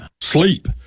Sleep